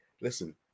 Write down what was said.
listen